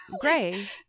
gray